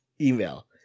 email